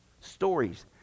Stories